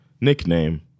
nickname